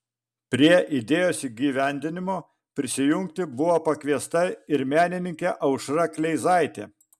prie idėjos įgyvendinimo prisijungti buvo pakviesta ir menininkė aušra kleizaitė